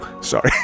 Sorry